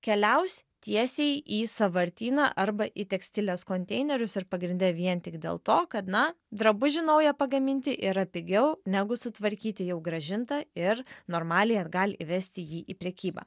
keliaus tiesiai į sąvartyną arba į tekstilės konteinerius ir pagrinde vien tik dėl to kad na drabužį naują pagaminti yra pigiau negu sutvarkyti jau grąžinta ir normaliai atgal įvesti jį į prekybą